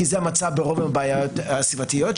כי זה המצב ברוב הבעיות הסביבתיות,